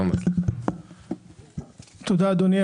תודה, אדוני.